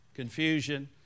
confusion